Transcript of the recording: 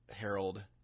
Harold